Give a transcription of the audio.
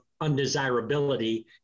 undesirability